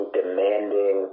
demanding